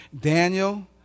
Daniel